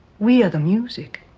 we are the music.